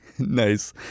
Nice